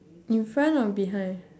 in front or behind